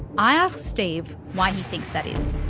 i ask steve why he thinks that is.